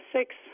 six